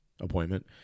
appointment